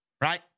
right